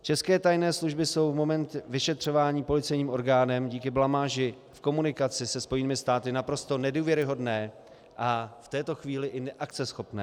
České tajné služby jsou v moment vyšetřování policejním orgánem díky blamáži v komunikaci se Spojenými státy naprosto nedůvěryhodné a v této chvíli i neakceschopné.